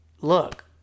look